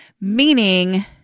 Meaning